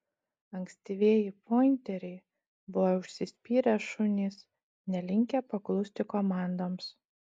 ankstyvieji pointeriai buvo užsispyrę šunys nelinkę paklusti komandoms